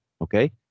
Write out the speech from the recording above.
okay